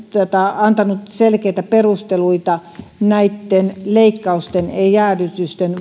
antanut selkeitä perusteluita näitten leikkausten jäädytysten